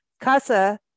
Casa